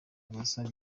abasaga